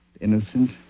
innocent